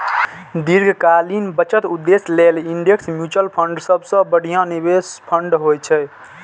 दीर्घकालीन बचत उद्देश्य लेल इंडेक्स म्यूचुअल फंड सबसं बढ़िया निवेश फंड होइ छै